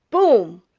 boom!